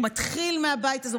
הוא מתחיל מהבית הזה,